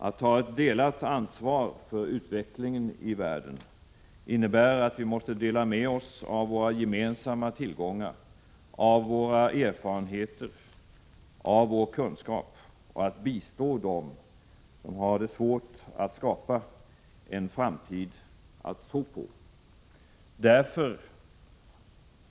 Att ta ett delat ansvar för utvecklingen i världen innebär att vi måste dela med oss av våra gemensamma tillgångar, av våra erfarenheter, av vår kunskap och bistå dem som har det svårt att skapa en framtid att tro på.